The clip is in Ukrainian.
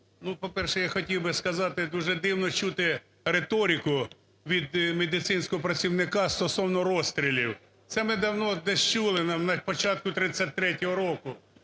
По-перше, я хотів би сказати, дуже дивно чути риторику від медичного працівника стосовно розстрілів, це ми давно десь чули на початку 1933 року.